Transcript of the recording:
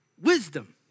wisdom